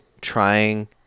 trying